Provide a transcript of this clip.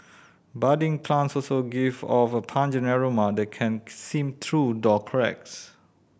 budding plants also give off a pungent aroma that can seep through door cracks